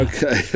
Okay